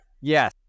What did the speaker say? yes